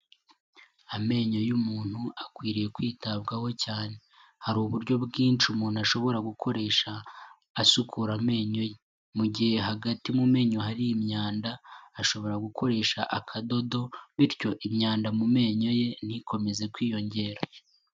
Amenyo y'umuntu akwiriye kwitabwaho cyane, hari uburyo bwinshi umuntu ashobora gukoresha asukura amenyo ye. Mu gihe hagati mu menyo hari imyanda ashobora gukoresha akadodo bityo imyanda mu menyo ye ntikomeze kwiyongera.